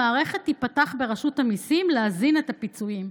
המערכת תיפתח ברשות המיסים להזין את הפיצויים.